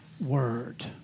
word